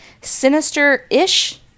Sinister-ish